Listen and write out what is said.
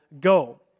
go